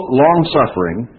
longsuffering